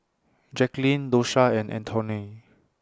Jacklyn Dosha and Antoine